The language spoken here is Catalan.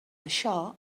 això